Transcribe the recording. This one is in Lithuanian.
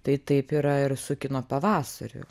tai taip yra ir su kino pavasariu